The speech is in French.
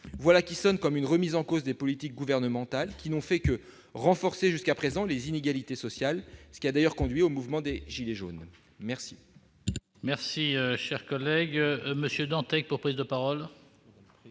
Voilà qui sonne comme une remise en cause des politiques gouvernementales, qui n'ont fait que renforcer jusqu'à présent les inégalités sociales, ce qui a d'ailleurs conduit au mouvement des gilets jaunes. La parole est à M. Ronan Dantec, sur l'article.